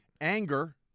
Anger